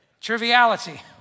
triviality